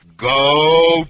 Go